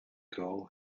girl